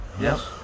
Yes